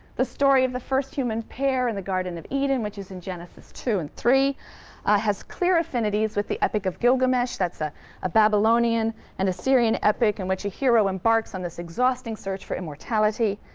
the story of the first human pair in the garden of eden, which is in genesis two and three has clear affinities with the epic of gilgamesh, that's ah a babylonian and assyrian epic in which a hero embarks on this exhausting search for immortality.